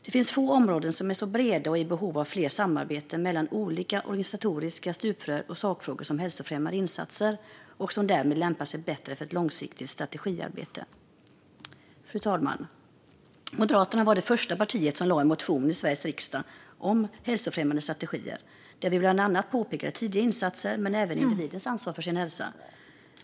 Det finns få områden som är så breda och i behov av fler samarbeten mellan olika organisatoriska stuprör och sakfrågor som hälsofrämjande insatser och som därmed lämpar sig bättre för ett långsiktigt strategiarbete. Fru talman! Moderaterna var det första partiet som väckte en motion i Sveriges riksdag om hälsofrämjande strategier. Vi tog upp bland annat tidiga insatser och även individens ansvar för sin hälsa.